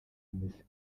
imizi